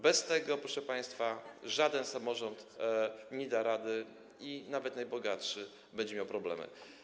Bez tego, proszę państwa, żaden samorząd nie da rady, nawet najbogatszy będzie miał problemy.